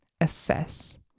assess